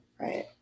Right